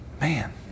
Man